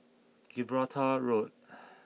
Gibraltar Road